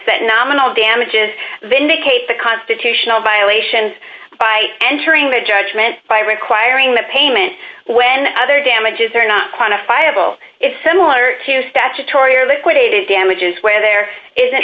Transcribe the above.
set nominal damages vindicate the constitutional violations by entering the judgment by requiring the payment when other damages are not quantifiable it's similar to statutory or liquidated damages where there isn't